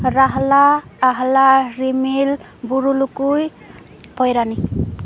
ᱨᱟᱦᱞᱟ ᱟᱦᱞᱟ ᱨᱤᱢᱤᱞ ᱵᱩᱨᱩᱞᱩᱠᱩᱭ ᱯᱚᱭᱨᱟᱱᱤ